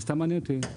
וסתם מעניין אותי,